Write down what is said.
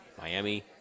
Miami